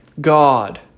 God